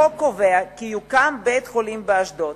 החוק קובע כי יוקם בית-חולים באשדוד.